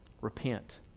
Repent